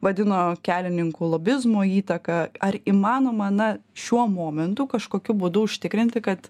vadino kelininkų lobizmo įtaka ar įmanoma na šiuo momentu kažkokiu būdu užtikrinti kad